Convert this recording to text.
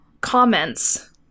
comments